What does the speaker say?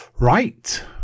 right